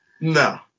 No